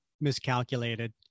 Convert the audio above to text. miscalculated